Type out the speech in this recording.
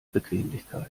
bequemlichkeit